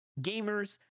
gamers